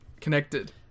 connected